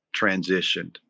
transitioned